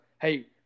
Hey